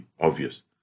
obvious